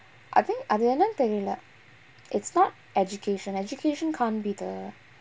I think அது என்னேனு தெரியில:athu ennaenu theriyila it's not education education can't be the